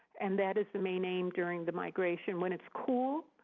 and that is the main aim during the migration. when it's cool,